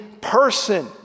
person